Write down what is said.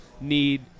need